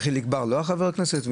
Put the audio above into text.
וחיליק בר לא היה חבר כנסת?